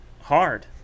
hard